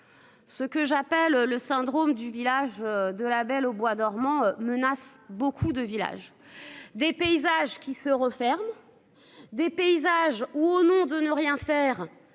Ce que j'appelle le syndrome du village de La Belle au bois dormant menace beaucoup de villages des paysages qui se referme. Des paysages ou au nom de ne rien faire,